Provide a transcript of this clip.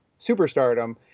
superstardom